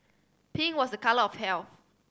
pink was a colour of health